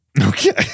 Okay